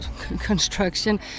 construction